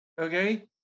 Okay